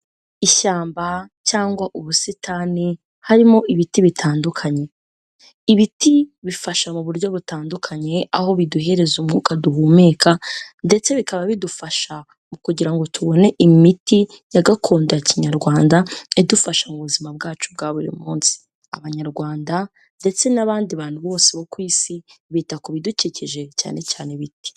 Ishyamba cyangwa ubusitani harimo ibiti bitandukanye. Ibiti bifasha mu buryo butandukanye, aho biduhereza umwuka duhumeka ndetse bikaba bidufasha kugira ngo tubone imiti ya gakondo ya kinyarwanda idufasha mu buzima bwacu bwa buri munsi. Abanyarwanda ndetse n'abandi bantu bose bo ku isi bita ku bidukikije cyane cyane ibiti.